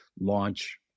launch